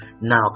now